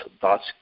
thoughts